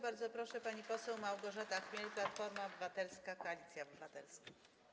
Bardzo proszę, pani poseł Małgorzata Chmiel, Platforma Obywatelska - Koalicja Obywatelska.